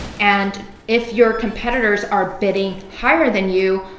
and if your competitors are bidding higher than you,